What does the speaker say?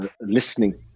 listening